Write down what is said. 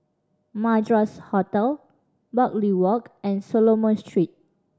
Madras Hotel Bartley Walk and Solomon Street